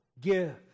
give